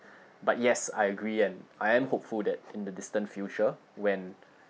but yes I agree and I am hopeful that in the distant future when